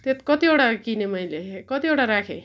ते कतिवटा किनेँ मैले कतिवटा राखेँ